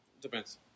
Depends